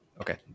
okay